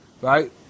right